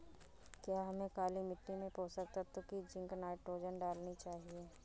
क्या हमें काली मिट्टी में पोषक तत्व की जिंक नाइट्रोजन डालनी चाहिए?